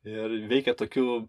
ir veikia tokių